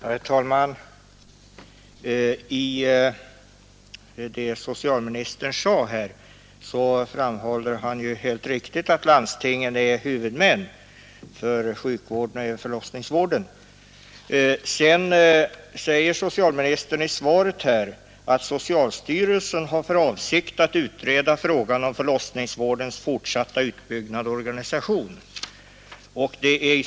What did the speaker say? Herr talman! Som socialministern mycket riktigt framhöll i sitt anförande nyss är landstingen huvudmän för förlossningsvården. I interpellationssvaret säger socialministern att socialstyrelsen har för avsikt att utreda frågan om förlossningsvårdens fortsatta utbyggnad och organisation.